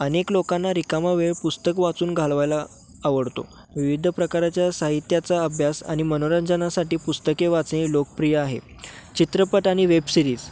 अनेक लोकांना रिकामा वेळ पुस्तक वाचून घालवायला आवडतो विविध प्रकाराच्या साहित्याचा अभ्यास आणि मनोरंजनासाठी पुस्तके वाचणे लोकप्रिय आहे चित्रपट आणि वेबसिरीज